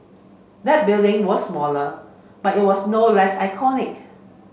that building was smaller but it was no less iconic